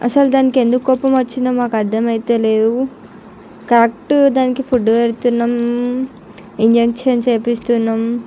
అసలు దానికి ఎందుకు కోపం వచ్చిందో మాకు అర్థం అవ్వటం లేదు కరక్ట్ దానికి ఫుడ్ పెడుతున్నాం ఇంజక్షన్ చేయిస్తున్నాం